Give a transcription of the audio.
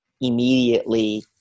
immediately